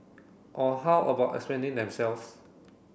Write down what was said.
or how about explaining themselves